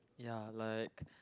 ya like